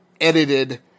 edited